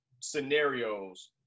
scenarios